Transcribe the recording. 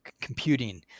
computing